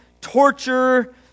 torture